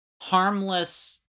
harmless